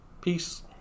Peace